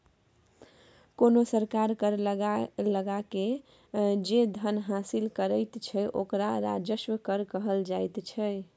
कोनो सरकार कर लगाकए जे धन हासिल करैत छै ओकरा राजस्व कर कहल जाइत छै